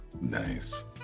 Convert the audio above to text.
nice